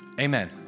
Amen